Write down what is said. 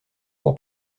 pour